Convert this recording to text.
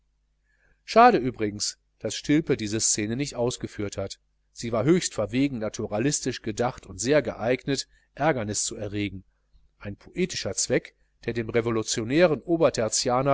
schade übrigens daß stilpe diese szene nicht ausgeführt hat sie war höchst verwegen naturalistisch gedacht und sehr geeignet ärgernis zu erregen ein poetischer zweck der dem revolutionären